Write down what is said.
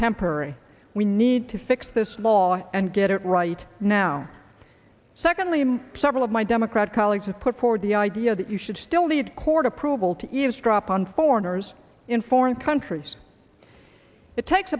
temporary we need to fix this law and get it right now secondly and several of my democrat colleagues have put forward the idea that you should still need court approval to eavesdrop on foreigners in foreign countries it takes